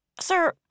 Sir